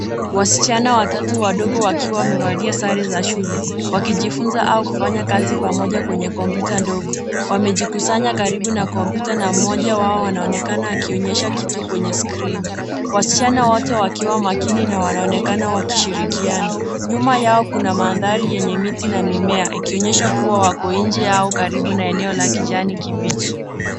Wasichana watatu wadogo wakiwa wamevalia sare za shule, wakijifunza au kufanya kazi pamoja kwenye kompyuta ndogo. Wamejikusanya karibu na kompyuta na mmoja wao ana onekana akionyesha kitu kwenye skrini. Wasichana wote wakiwa makini na wanaonekana wakishirikiana. Nyuma yao kuna mandhari yenye miti na mimea ikionyesha kuwa wako nje yao karibu na eneo la kijani kibichi.